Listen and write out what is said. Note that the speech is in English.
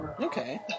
Okay